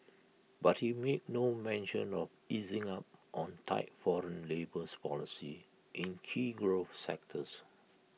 but he made no mention of easing up on tight foreign labours policy in key growth sectors